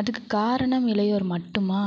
அதுக்கு காரணம் இளையோர் மட்டுமா